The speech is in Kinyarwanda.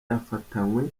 yafatanywe